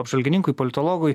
apžvalgininkui politologui